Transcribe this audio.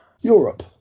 Europe